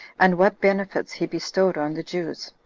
and what benefits he bestowed on the jews.